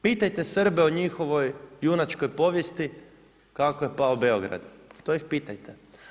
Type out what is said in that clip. Pitajte Srbe o njihovoj junačkoj povijesti kako je pao Beograd, to ih pitajte.